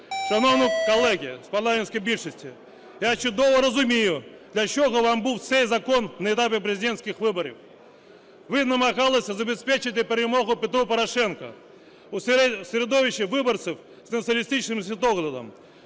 Шановні колеги з парламентської більшості, я чудово розумію, для чого вам був цей закон на етапі президентських виборів. Ви намагалися забезпечити перемогу Петру Порошенку у середовищі виборців з націоналістичним світоглядом.